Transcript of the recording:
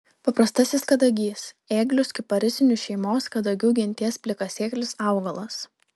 paprastasis kadagys ėglius kiparisinių šeimos kadagių genties plikasėklis augalas